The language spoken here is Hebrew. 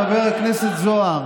חבר הכנסת זוהר: